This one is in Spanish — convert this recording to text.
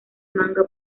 manga